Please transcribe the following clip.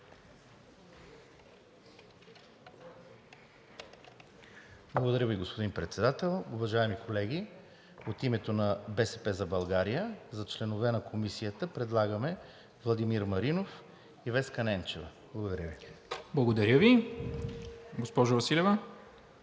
Благодаря Ви, господин Председател. Уважаеми колеги, от името на „БСП за България“ за членове на Комисията предлагам Владимир Маринов и Веска Ненчева. Благодаря Ви. Госпожо Василева,